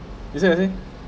I see I see